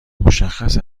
مشخص